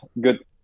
good